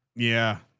yeah,